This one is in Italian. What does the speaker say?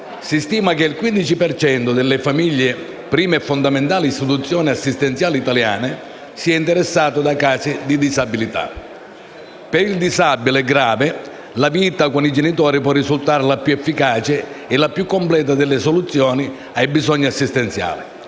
Si stima che il 15 per cento delle famiglie, prime e fondamentali istituzioni assistenziali italiane, sia interessato da casi di disabilità. Per il disabile grave la vita con i genitori può risultare la più efficace e la più completa delle soluzioni ai bisogni assistenziali,